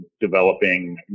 developing